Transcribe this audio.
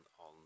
on